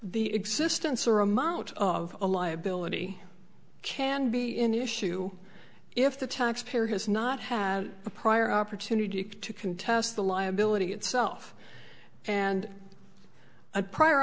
the existence or amount of a liability can be in issue if the taxpayer has not had a prior opportunity to contest the liability itself and a prior